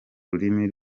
rurimi